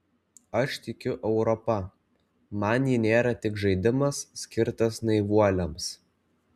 aš tikiu europa man ji nėra tik žaidimas skirtas naivuoliams